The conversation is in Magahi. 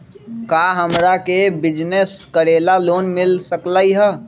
का हमरा के बिजनेस करेला लोन मिल सकलई ह?